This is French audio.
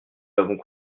l’avons